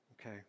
okay